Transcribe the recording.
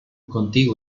contigo